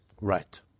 Right